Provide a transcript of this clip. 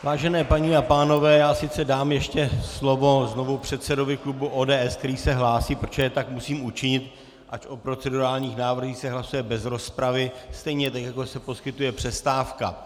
Vážené paní a pánové, já sice dám ještě slovo znovu předsedovi klubu ODS, který se hlásí, protože tak musím učinit, ač o procedurálních návrzích se hlasuje bez rozpravy, stejně tak jako se poskytuje přestávka.